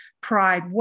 pride